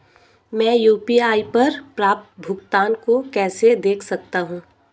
मैं यू.पी.आई पर प्राप्त भुगतान को कैसे देख सकता हूं?